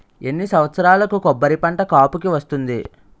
ఎన్ని సంవత్సరాలకు కొబ్బరి పంట కాపుకి వస్తుంది?